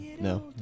No